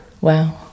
Wow